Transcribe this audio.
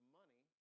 money